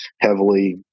heavily